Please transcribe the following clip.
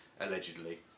allegedly